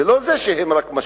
זה לא שרק הם משקיעים.